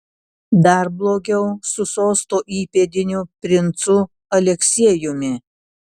dar blogiau su sosto įpėdiniu princu aleksiejumi